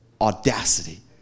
audacity